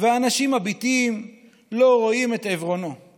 // והאנשים מביטים / לא רואים את עיוורונו /